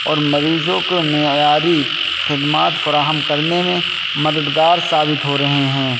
اور مریضوں کے معیاری خدمات فراہم کرنے میں مددگار ثابت ہو رہے ہیں